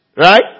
Right